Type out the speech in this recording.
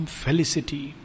felicity